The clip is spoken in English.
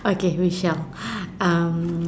okay we shall um